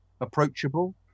approachable